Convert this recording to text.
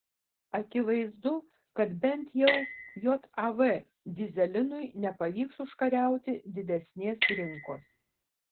akivaizdu kad bent jau jav dyzelinui nepavyks užkariauti didesnės rinkos